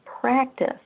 practice